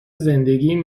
زندگیم